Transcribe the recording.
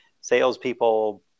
salespeople